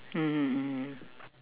mmhmm mmhmm